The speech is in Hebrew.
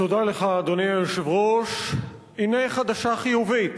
אדוני היושב-ראש, תודה לך, הנה חדשה חיובית,